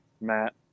Matt